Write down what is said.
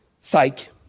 psych